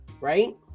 right